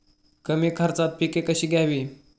कमी खर्चात पिके कशी घ्यावी?